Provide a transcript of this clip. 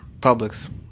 Publix